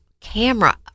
camera